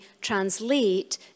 translate